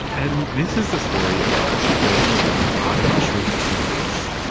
and this is the story of how she built her own artificial pancreas.